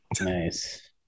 Nice